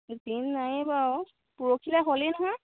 দিন নায়েই বাৰু পৰহিলে হ'লেই নহয়